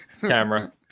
Camera